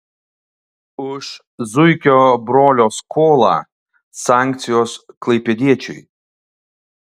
už zuikio brolio skolą sankcijos klaipėdiečiui